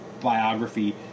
biography